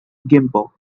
gimpo